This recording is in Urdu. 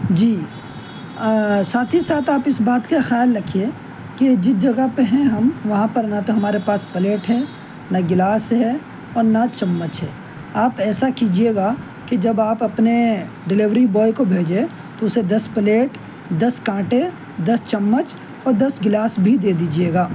جی ساتھ ہی ساتھ آپ اس بات کا خیال رکھیے کہ جس جگہ پہ ہیں ہم وہاں پر نہ تو ہمارے پاس پلیٹ ہے نہ گلاس ہے اور نہ چمچ ہے آپ ایسا کیجیے گا کہ جب آپ اپنے ڈیلیوری بوائے کو بھیجیں تو اسے دس پلیٹ دس کانٹے دس چمچ اور دس گلاس بھی دے دیجیے گا